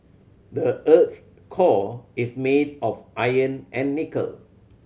the earth's core is made of iron and nickel